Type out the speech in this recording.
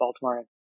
Baltimore